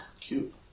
Cute